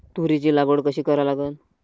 तुरीची लागवड कशी करा लागन?